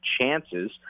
chances